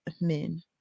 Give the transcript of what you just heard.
men